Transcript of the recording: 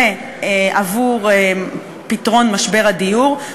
עבור פתרון משבר הדיור,